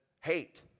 hate